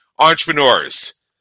entrepreneurs